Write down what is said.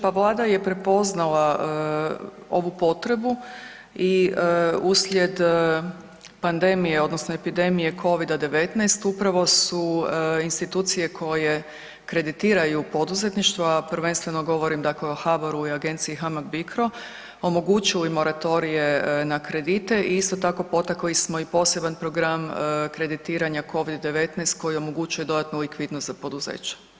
Pa Vlada je prepoznala ovu potrebu i uslijed pandemije odnosno epidemije COVID-a 19, upravo su institucije koje kreditiraju poduzetništvo a prvenstveno govorimo dakle o HBOR-u dakle i agenciji HAMAG Bicro, omogućili moratorije na kredite i isto tako potakli smo i poseban program kreditiranja COVID-19 koji omogućuje dodatnu likvidnost za poduzeća.